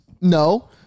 No